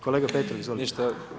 Kolega Petrov, izvolite.